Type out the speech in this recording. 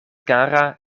kara